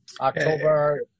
October